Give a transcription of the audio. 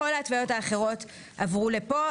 כל ההתוויות האחרות עברו לפה,